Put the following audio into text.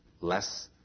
less